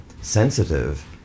sensitive